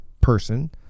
person